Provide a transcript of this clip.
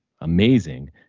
amazing